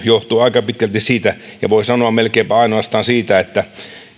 johtuu aika pitkälti siitä ja voi sanoa melkeinpä ainoastaan siitä että